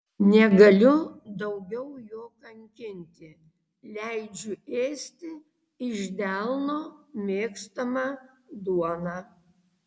negaliu daugiau jo kankinti leidžiu ėsti iš delno mėgstamą duoną